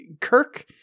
Kirk